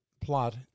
plot